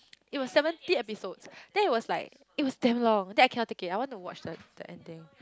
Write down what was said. it was seventy episodes then it was like it was damn long then I cannot take it I want to watch the the ending